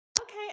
Okay